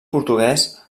portuguès